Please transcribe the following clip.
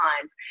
times